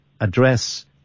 address